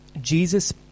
Jesus